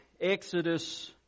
Exodus